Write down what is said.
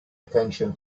attention